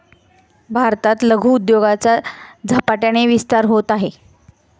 भारतात लघु उद्योगाचा झपाट्याने विस्तार होत आहे